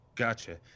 Gotcha